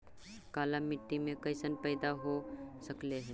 काला मिट्टी मे कैसन पैदा हो रहले है?